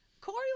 Corey